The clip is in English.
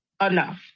enough